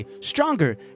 stronger